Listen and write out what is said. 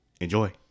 Enjoy